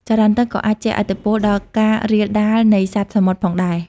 ចរន្តទឹកក៏អាចជះឥទ្ធិពលដល់ការរាលដាលនៃសត្វសមុទ្រផងដែរ។